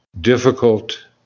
difficult